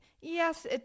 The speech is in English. yes